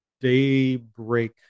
daybreak